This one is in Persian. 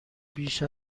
بیش